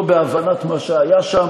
לא בהבנת מה שהיה שם